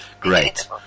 great